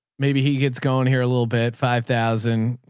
maybe he gets going here a little bit. five thousand.